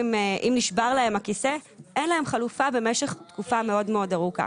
אם נשבר להם הכיסא אין להם חלופה במשך תקופה מאוד ארוכה.